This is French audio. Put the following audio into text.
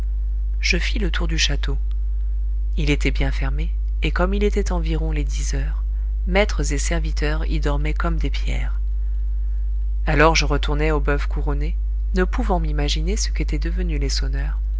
je fis le tour du château il était bien fermé et comme il était environ les dix heures maîtres et serviteurs y dormaient comme des pierres alors je retournai au boeuf couronné ne pouvant m'imaginer ce qu'étaient devenus les sonneurs